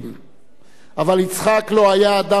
אבל יצחק לא היה אדם מגזרי בלבד,